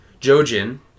Jojin